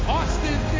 Austin